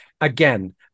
Again